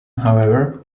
however